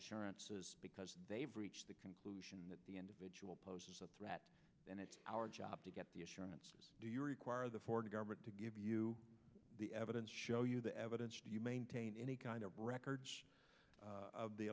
diplomatic because they've reached the conclusion that the individual poses a threat and it's our job to get the assurance do you require the foreign government to give you the evidence show you the evidence you maintain any kind of records of the